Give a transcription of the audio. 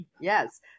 Yes